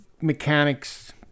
mechanic's